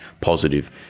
positive